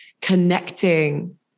connecting